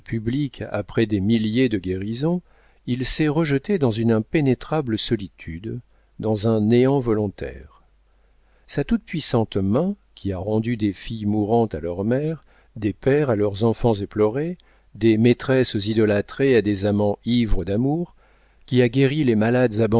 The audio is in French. après des milliers de guérisons il s'est rejeté dans une impénétrable solitude dans un néant volontaire sa toute puissante main qui a rendu des filles mourantes à leurs mères des pères à leurs enfants éplorés des maîtresses idolâtres à des amants ivres d'amour qui a guéri les malades